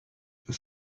for